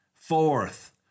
Fourth